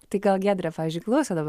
tai gal giedrė pavyzdžiui klauso dabar